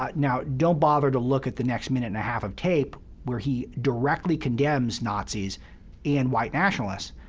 but now, don't bother to look at the next minute and a half of tape, where he directly condemns nazis and white nationalists.